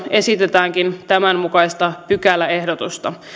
esitetäänkin tämän mukaista pykäläehdotusta